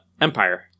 Empire